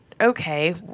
okay